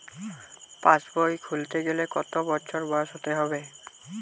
পাশবই খুলতে গেলে কত বছর বয়স হতে হবে?